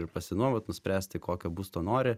ir pasinuomot nuspręsti kokio būsto nori